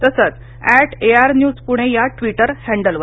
तसंच at IR news Pune या twitter हँडलवर